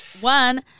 One